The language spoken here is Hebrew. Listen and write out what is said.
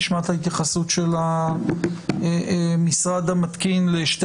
נשמע את ההתייחסות של המשרד המתקין לשתי